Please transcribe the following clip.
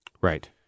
Right